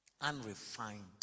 Unrefined